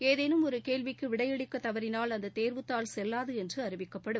ஏதேனும் ஒரு கேள்விக்கு விடையளிக்கத் தவறினால் அந்தத் தேர்வுத்தாள் செல்வாது என்று அறிவிக்கப்படும்